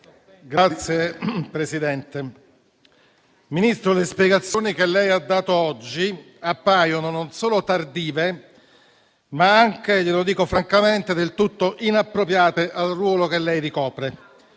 Signor Ministro, le spiegazioni che ha dato oggi appaiono non solo tardive, ma anche - glielo dico francamente - del tutto inappropriate al ruolo che ricopre.